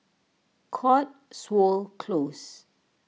Cotswold Close